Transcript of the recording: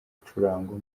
gucurangwa